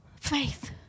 Faith